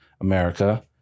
america